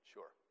Sure